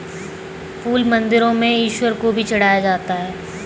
फूल मंदिरों में ईश्वर को भी चढ़ाया जाता है